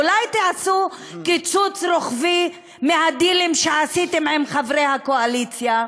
אולי תעשו קיצוץ רוחבי מהדילים שעשיתם עם חברי הקואליציה.